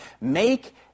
make